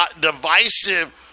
divisive